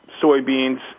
soybeans